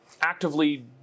actively